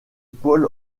paul